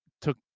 took